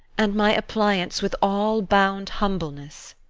and my appliance, with all bound humbleness.